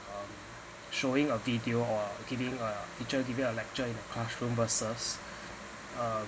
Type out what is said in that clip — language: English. uh showing a video or giving a teacher giving a lecture in a classroom versus uh